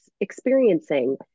experiencing